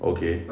okay